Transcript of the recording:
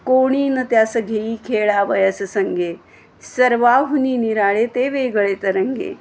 कोणी न त्यास घेई खेळावयास संगे सर्वाहुनी निराळे ते वेगळे तरंगे